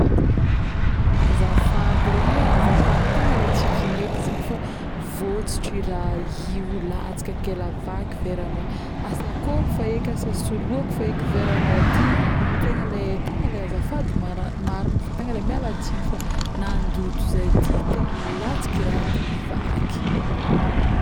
azafady rogny azafady tegna le tsy kigniako zigny fô, votsitry raha io, latsaka ke la vaky veragnao asa akory fa eky, asa sa soloko fa eky veragnao ty tegna le tegna le azafady marigny fa tegna mialatsigny fa nandoto zahay ty tegna latsaka raha ty vaky